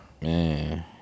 Man